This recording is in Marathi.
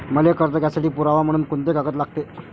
मले कर्ज घ्यासाठी पुरावा म्हनून कुंते कागद लागते?